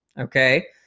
Okay